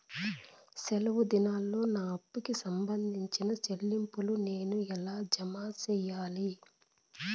సెలవు దినాల్లో నా అప్పుకి సంబంధించిన చెల్లింపులు నేను ఎలా జామ సెయ్యాలి?